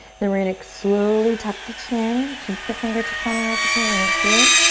then we're gonna slowly tuck the chin. keep the fingertips on the earth if you need to.